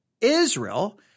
Israel